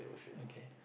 okay